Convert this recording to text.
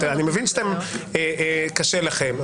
אני מבין שקשה לכם,